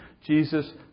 Jesus